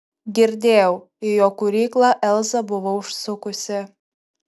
girdėjau į jo kūryklą elza buvo užsukusi